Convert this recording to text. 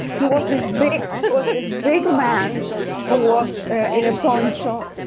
he was this big. it wasn't his big man who was in a poncho.